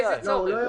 לאיזה צורך?